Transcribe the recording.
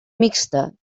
mixta